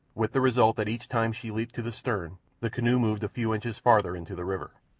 with the result that each time she leaped to the stern the canoe moved a few inches farther into the river.